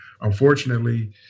unfortunately